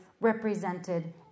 represented